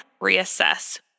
reassess